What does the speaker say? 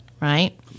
right